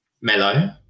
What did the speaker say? mellow